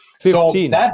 Fifteen